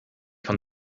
von